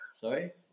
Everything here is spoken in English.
Sorry